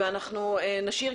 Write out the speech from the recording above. ואנחנו נשאיר,